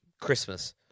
Christmas